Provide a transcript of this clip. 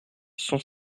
cent